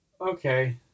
Okay